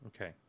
Okay